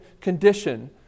condition